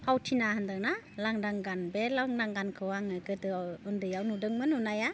फावथिना होन्दों ना लांदां गान बे लांदां गानखौ आङो गोदोआव उन्दैआव नुदोंमोन नुनाया